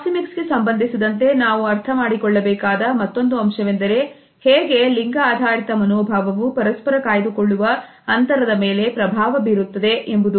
proxemics ಗೆ ಸಂಬಂಧಿಸಿದಂತೆ ನಾವು ಅರ್ಥಮಾಡಿಕೊಳ್ಳಬೇಕಾದ ಮತ್ತೊಂದು ಅಂಶವೆಂದರೆ ಹೇಗೆ ಲಿಂಗ ಆಧಾರಿತ ಮನೋಭಾವವು ಪರಸ್ಪರ ಕಾಯ್ದುಕೊಳ್ಳುವ ಅಂತರದ ಮೇಲೆ ಪ್ರಭಾವ ಬೀರುತ್ತದೆ ಎಂಬುದು